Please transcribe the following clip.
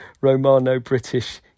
Romano-British